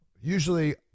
usually